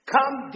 Come